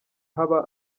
haba